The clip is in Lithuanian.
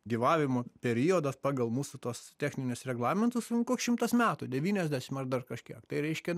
gyvavimo periodas pagal mūsų tuos techninius reglamentus nu koks šimtas metų devyniasdešim ar dar kažkiek tai reiškia